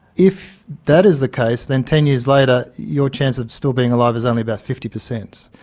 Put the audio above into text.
if that is the case then ten years later your chance of still being alive is only about fifty percent.